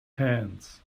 hands